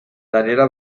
daniella